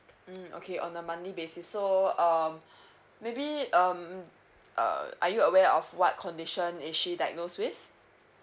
mm okay on a monthly basis so um maybe um uh are you aware of what condition is she diagnosed with